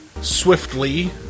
Swiftly